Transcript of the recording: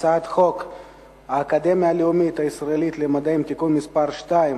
הצעת חוק האקדמיה הלאומית הישראלית למדעים (תיקון מס' 2)